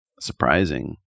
surprising